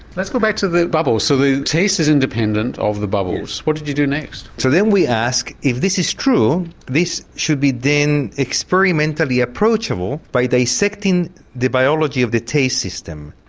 let's go back to the bubbles, so the taste is independent of the bubbles, what did you do next? so then we asked if this is true this should be then experimentally approachable by dissecting the biology of the taste system.